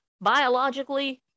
biologically